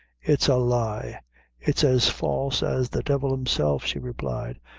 it's a lie it's as false as the devil himself, she replied,